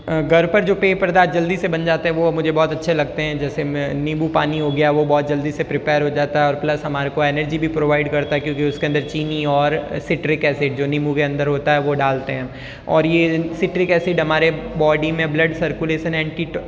घर पर जो पेय पदार्थ जल्दी से बन जाते हैं वो मुझे बहुत अच्छे लगते हैं जैसे म नीम्बू पानी हो गया वो बहुत जल्दी से प्रिपेर हो जाता है और प्लस हमारे को एनर्जी भी प्रोवाइड करता है क्योंकि उस के अंदर चीनी और सिट्रिक ऐसिड जो नीम्बू के अंदर होता है वो डालते हैं और ये सिट्रिक ऐसिड हमारे बॉडी में ब्लड सर्कुलेशन एंटीटो